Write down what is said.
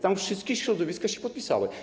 Tam wszystkie środowiska się podpisały.